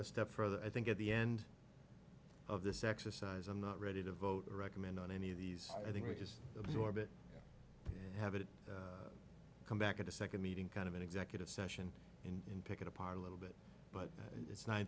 a step further i think at the end of this exercise i'm not ready to vote recommend on any of these i think you just absorb it and have it come back at a second meeting kind of an executive session and pick it apart a little bit but it's nine